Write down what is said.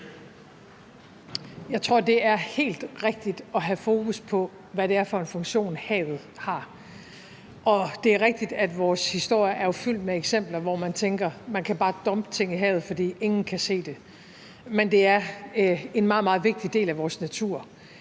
Jeg tror, det er helt rigtigt at have fokus på, hvad det er for en funktion, havet har, og det er jo rigtigt, at vores historie er fyldt med eksempler, hvor man tænker, at man bare kan dumpe ting i havet, fordi ingen kan se det. Men det er en meget, meget vigtig del af vores natur.